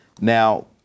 Now